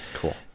cool